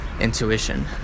intuition